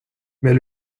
mais